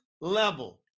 level